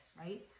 right